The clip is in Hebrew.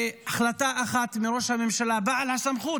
והחלטה אחת מראש הממשלה והסמכות,